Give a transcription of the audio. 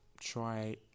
Try